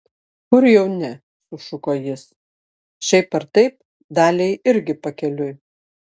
kur jau ne sušuko jis šiaip ar taip daliai irgi pakeliui